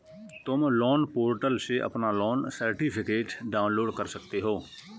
तुम loan portal से अपना लोन सर्टिफिकेट डाउनलोड कर सकते हो